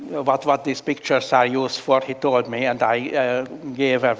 you know but what these picture so are used for. he told me, and i gave